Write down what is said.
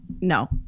no